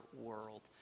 world